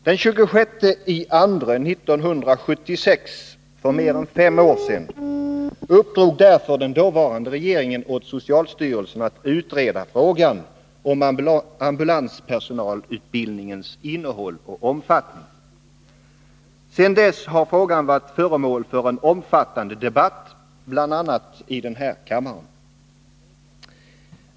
Den 26 februari 1976 — för mer än fem år sedan — uppdrog därför den dåvarande regeringen åt socialstyrelsen att utreda frågan om ambulanspersonalutbildningens innehåll och omfattning. Sedan dess har frågan varit föremål för en omfattande debatt, bl.a. i denna kammare.